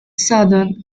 southern